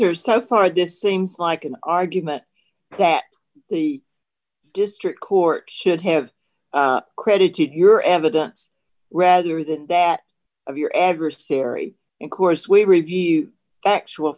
here so far this seems like an argument that the district court should have credited your evidence rather than that of your adversary in course we review actual